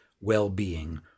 well-being